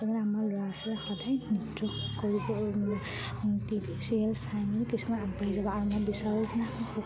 সেইকাৰণে আমাৰ ল'ৰা ছোৱালীয়ে সদায় নৃত্য কৰিব টি ভি চিৰিয়েল চাই মেলি কিছুমান আগবঢ়ি যাব আৰু মই বিচাৰোঁ যেনে সুখ